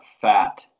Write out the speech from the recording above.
fat